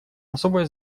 особое